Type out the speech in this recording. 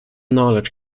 knowledge